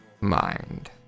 mind